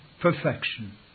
perfection